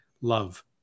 love